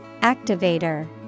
Activator